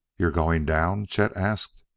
you're going down? chet asked.